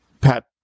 Pat